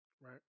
Right